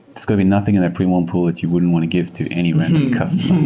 so to be nothing in that pre-warm pull that you wouldn't want to give to any random customer.